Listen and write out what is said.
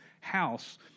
house